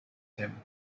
him